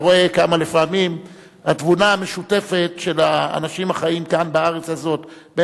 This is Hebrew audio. אתה רואה כמה לפעמים התבונה המשותפת של האנשים החיים כאן בארץ הזאת,